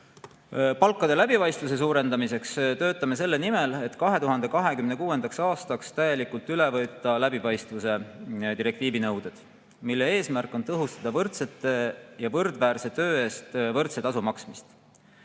Palkade läbipaistvuse suurendamiseks töötame selle nimel, et 2026. aastaks täielikult üle võtta palkade läbipaistvuse direktiivi nõuded. Selle direktiivi eesmärk on tõhustada võrdse või võrdväärse töö eest võrdse tasu maksmist.